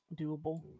doable